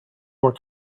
were